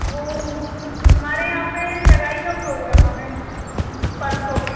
वो हमारे यहाँ पे सगाई का प्रोग्राम है परसों का